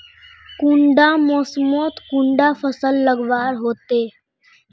कुंडा मोसमोत कुंडा फसल लगवार होते?